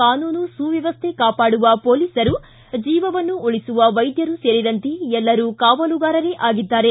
ಕಾನೂನು ಸುವ್ಯವಸ್ಥೆ ಕಾಪಾಡುವ ಮೋಲಿಸರು ಜೀವವನ್ನು ಉಳಿಸುವ ವೈದ್ಯರು ಸೇರಿದಂತೆ ಎಲ್ಲರೂ ಕಾವಲುಗಾರರೇ ಆಗಿದ್ದಾರೆ